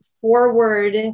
forward